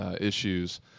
issues